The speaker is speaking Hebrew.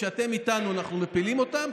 כשאתם איתנו אנחנו מפילים אותם,